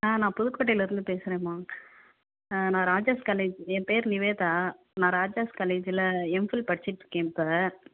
ma'am நான் புதுக்கோட்டையில் இருந்து பேசுகிறேமா நான் ராஜாஸ் காலேஜ் என் பெயரு நிவேதா நான் ராஜாஸ் காலேஜில் எம்ஃபில் படிச்சுட்டு இருக்கேன் இப்போ